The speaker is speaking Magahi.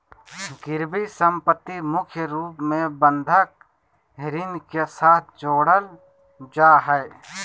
गिरबी सम्पत्ति मुख्य रूप से बंधक ऋण के साथ जोडल जा हय